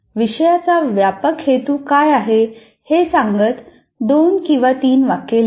विषयाचा व्यापक हेतू काय आहे हे सांगत 2 किंवा 3 वाक्ये लिहा